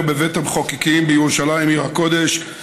בבית המחוקקים בירושלים עיר הקודש,